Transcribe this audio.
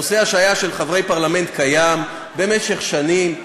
נושא ההשעיה של חברי פרלמנט קיים במשך שנים.